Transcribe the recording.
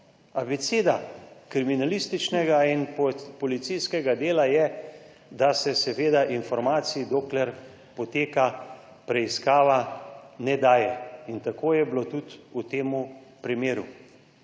Abeceda kriminalističnega in policijskega dela je, da se seveda informacij, dokler poteka preiskava ne daje in tako je bilo tudi v temu primeru.